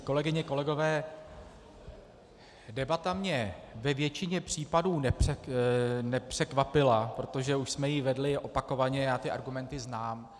Kolegyně, kolegové, debata mě ve většině případů nepřekvapila, protože už jsme ji vedli opakovaně, já ty argumenty znám.